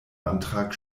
antrag